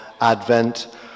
Advent